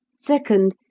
second,